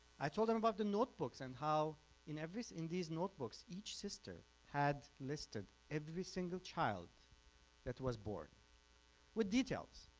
i told them about the notebooks and how in everything so in these notebooks, each sister had listed every single child that was born with details.